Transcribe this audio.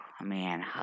man